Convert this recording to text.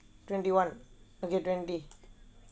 twenty one okay twenty